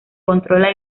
controla